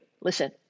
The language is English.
listen